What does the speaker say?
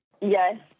Yes